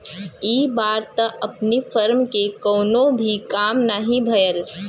इ बार त अपनी फर्म के कवनो भी काम नाही भयल